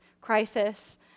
crisis